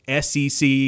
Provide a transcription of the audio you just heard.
SEC